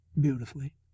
beautifully